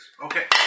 Okay